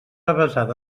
avesada